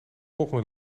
volgend